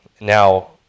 Now